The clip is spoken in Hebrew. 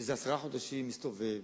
זה מסתובב